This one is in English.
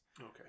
Okay